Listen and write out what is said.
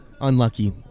unlucky